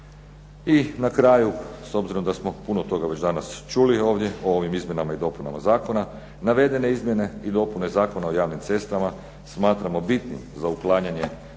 I na kraju, s obzirom da smo puno toga već danas čuli ovdje o ovim izmjenama i dopunama zakona, navedene izmjene i dopune Zakona o javnim cestama smatramo bitnim za uklanjanje